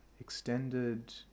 extended